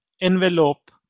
envelope